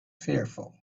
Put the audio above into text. fearful